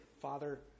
father